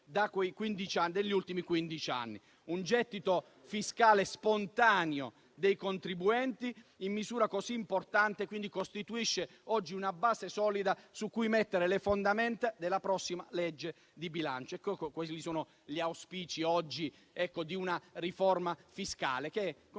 degli ultimi quindici anni. Un gettito fiscale spontaneo dei contribuenti in misura così importante costituisce oggi una base solida su cui mettere le fondamenta della prossima legge di bilancio. Questi sono gli auspici, oggi, di una riforma fiscale che è iniziata